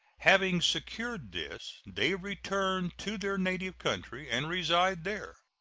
having secured this, they return to their native country and reside there,